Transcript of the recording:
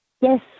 Yes